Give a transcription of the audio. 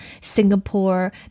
Singapore